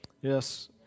Yes